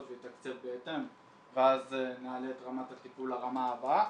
ויתקצב בהתאם ואז נעלה את רמת הטיפול לרמה הבאה.